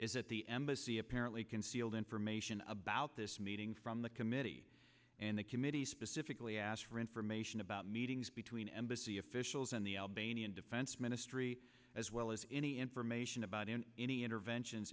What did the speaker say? is at the embassy apparently concealed information about this meeting from the committee and the committee specifically asked for information about meetings between embassy officials and the albanian defense ministry as well as any information about in any interventions